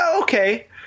okay